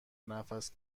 نفس